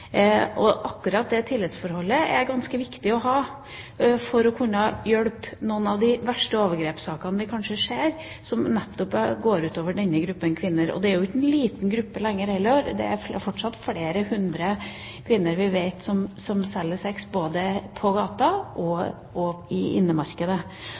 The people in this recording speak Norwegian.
Og akkurat det tillitsforholdet er ganske viktig å ha for å kunne hjelpe i noen av de verste overgrepssakene vi kanskje ser, som nettopp går ut over denne gruppen kvinner. Og det er jo heller ikke noen liten gruppe; det er fortsatt flere hundre kvinner som vi vet selger sex både på gata